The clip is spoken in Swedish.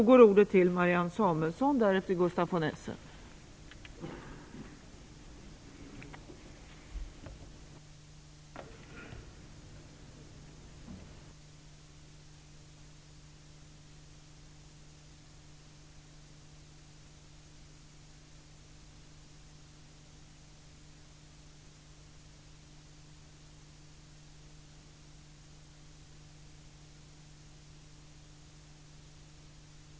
Fru talman!